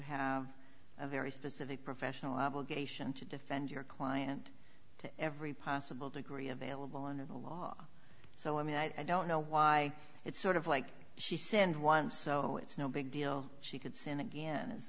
have a very specific professional obligation to defend your client to every possible degree available and of the law so i mean i don't know why it's sort of like she sinned once so it's no big deal she could sin again is